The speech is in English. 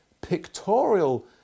pictorial